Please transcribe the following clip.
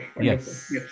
Yes